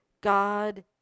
God